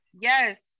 Yes